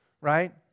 right